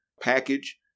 package